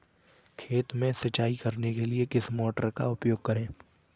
खेत में सिंचाई करने के लिए किस मोटर का उपयोग करें?